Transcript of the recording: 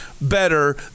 better